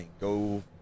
go